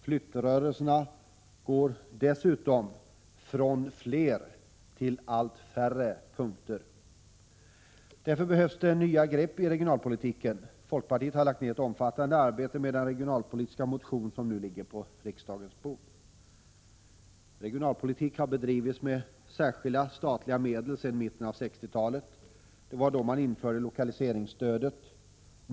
Flyttrörelserna går dessutom från flera till allt färre punkter. Därför behövs det nya grepp i regionalpolitiken. Folkpartiet har lagt ner ett omfattande arbete på den regionalpolitiska motion som nu ligger på riksdagens bord. Regionalpolitik har bedrivits med särskilda statliga medel sedan mitten av 1960-talet. Det var då man införde lokaliseringsstödet.